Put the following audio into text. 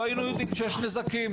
לא היינו יודעים שיש נזקים,